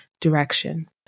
direction